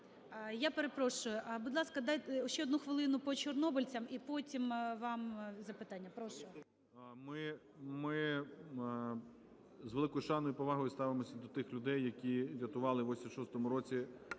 Я перепрошую, будь ласка, дайте ще одну хвилину по чорнобильцям. І потім вам запитання. Прошу. 11:15:07 ГРОЙСМАН В.Б. Ми з великою шаною і повагою ставимося до тих людей, які врятували в 1986 році